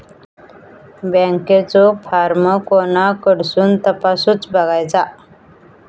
बँकेचो फार्म कोणाकडसून तपासूच बगायचा?